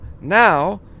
now